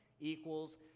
equals